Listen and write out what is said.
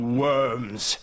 worms